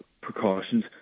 precautions